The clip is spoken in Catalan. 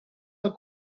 del